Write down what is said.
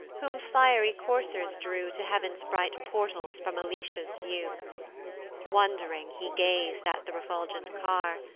whom fiery coursers drew to heav'n's bright portals from elisha's view wond'ring he gaz'd at the refulgent car,